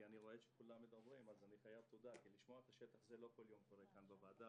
כי לשמוע את השטח זה לא כל יום קורה כאן בוועדה.